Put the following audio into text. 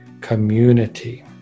community